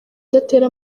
udatera